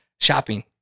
shopping